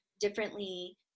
differently